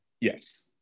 yes